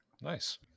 Nice